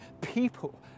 people